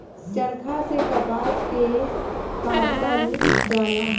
चरखा से कपास के कातल जाला